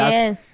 Yes